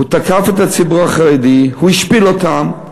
הוא תקף את הציבור החרדי, הוא השפיל אותם,